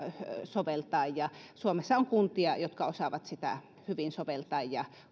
soveltaa suomessa on kuntia jotka osaavat sitä hyvin soveltaa ja